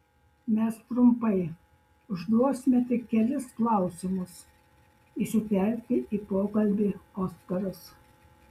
mes trumpai užduosime tik kelis klausimus įsiterpė į pokalbį oskaras